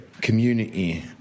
community